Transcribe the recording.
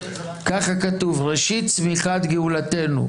ככה כתוב: "ראשית צמיחת גאולתנו".